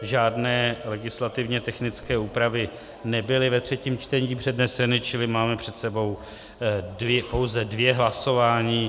Žádné legislativně technické úpravy nebyly ve třetím čtení předneseny, čili máme před sebou pouze dvě hlasování.